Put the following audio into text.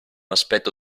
aspetto